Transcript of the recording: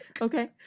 Okay